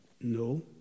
no